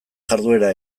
jarduera